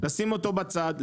לשים אותו בצד,